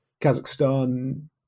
Kazakhstan